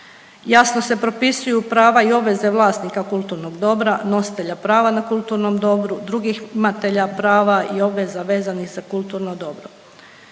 jasno se propisuju prava i obveze vlasnika kulturnog dobra, nositelja prava na kulturnom dobru, drugih imatelja prava i obveza vezanih za kulturno dobro.